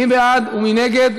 מי בעד ומי נגד?